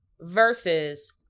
Versus